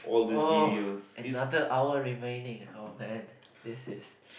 oh another hour remaining oh man this is